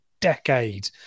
decade